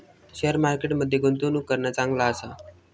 share market मध्ये गुंतवणूक करणा चांगला आसा